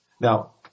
Now